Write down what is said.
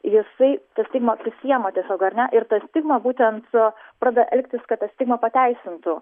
jisai tą stigmą prisiima tiesiog ar ne ir ta stigma būtent pradeda elgtis kad tą stigmą pateisintų